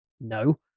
no